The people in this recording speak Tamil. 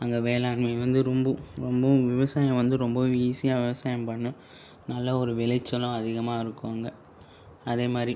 அங்கே வேளாண்மை வந்து ரொம்ப ரொம்பவும் விவசாயம் வந்து ரொம்பவும் ஈஸியாக விவசாயம் பண் நல்ல ஒரு விளைச்சலும் அதிகமாருக்கும் அங்கே அதே மாதிரி